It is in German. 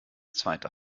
zweiter